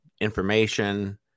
information